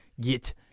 get